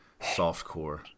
softcore